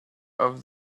off